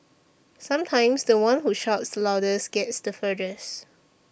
sometimes the one who shouts the loudest gets the furthest